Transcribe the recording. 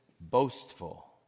boastful